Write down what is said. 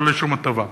ולא לשום הטבה.